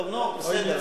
טוב, נו, בסדר.